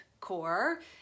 core